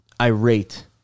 irate